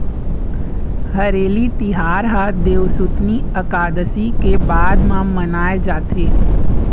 हरेली तिहार ह देवसुतनी अकादसी के बाद म मनाए जाथे